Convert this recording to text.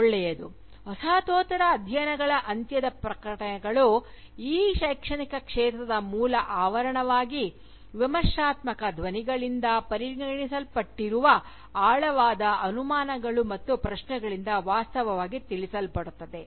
ಒಳ್ಳೆಯದು ವಸಾಹತೋತ್ತರ ಅಧ್ಯಯನಗಳ ಅಂತ್ಯದ ಪ್ರಕಟಣೆಗಳು ಈ ಶೈಕ್ಷಣಿಕ ಕ್ಷೇತ್ರದ ಮೂಲ ಆವರಣವಾಗಿ ವಿಮರ್ಶಾತ್ಮಕ ಧ್ವನಿಗಳಿಂದ ಪರಿಗಣಿಸಲ್ಪಟ್ಟಿರುವ ಆಳವಾದ ಅನುಮಾನಗಳು ಮತ್ತು ಪ್ರಶ್ನೆಗಳಿಂದ ವಾಸ್ತವವಾಗಿ ತಿಳಿಸಲ್ಪಡುತ್ತವೆ